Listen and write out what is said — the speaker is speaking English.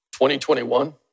2021